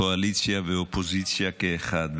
קואליציה ואופוזיציה כאחת,